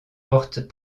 portent